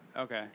Okay